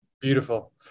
Beautiful